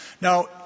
Now